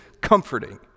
comforting